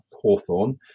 hawthorn